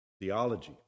theology